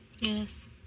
Yes